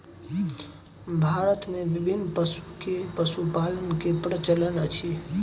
भारत मे विभिन्न पशु के पशुपालन के प्रचलन अछि